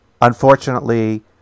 Unfortunately